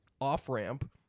off-ramp